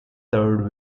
third